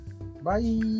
Bye